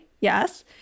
yes